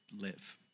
live